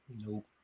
Nope